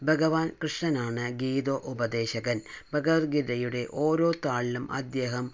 ഭഗവാൻ കൃഷ്ണനാണ് ഗീതോ ഉപദേശകൻ ഭഗവത്ഗീതയുടെ ഓരോ താളിലും അദ്ദേഹം